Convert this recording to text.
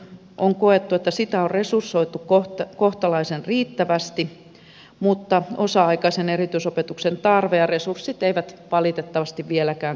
on koettu että tukiopetusta on resursoitu kohtalaisen riittävästi mutta osa aikaisen erityisopetuksen tarve ja resurssit eivät valitettavasti vieläkään kohtaa